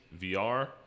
VR